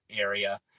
area